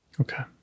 Okay